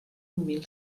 mil